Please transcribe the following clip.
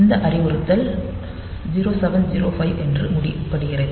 இந்த அறிவுறுத்தல் 0705 என முடிவடைகிறது